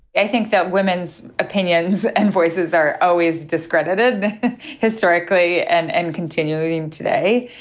i think that women's opinions and voices are always discredited historically and and continuing today.